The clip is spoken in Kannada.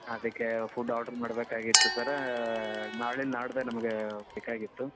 ಅದಕ್ಕೆ ಫುಡ್ ಆರ್ಡರ್ ಮಾಡಬೇಕಾಗಿತ್ತು ಸರ್ ನಾಳೆ ನಾಡ್ದು ನಮಗೆ ಬೇಕಾಗಿತ್ತು